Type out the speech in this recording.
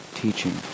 teaching